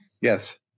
Yes